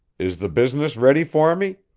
is the business ready for me?